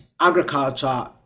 agriculture